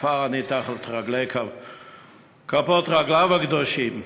עפר אני תחת כפות רגליו הקדושות.